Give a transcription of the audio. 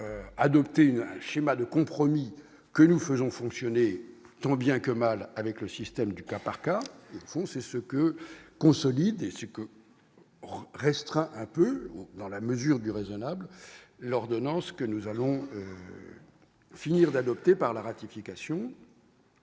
adopté une schéma de compromis que nous faisons fonctionner tant bien que mal avec le système du cas par cas on ce que consolider ce que restreint un peu dans la mesure du raisonnable l'ordonnance que nous allons finir d'adopter par la ratification,